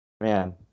man